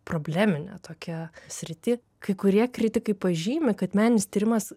probleminę tokią sritį kai kurie kritikai pažymi kad meninis tyrimas